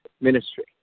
ministry